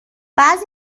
بعضی